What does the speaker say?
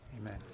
Amen